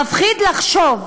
מפחיד לחשוב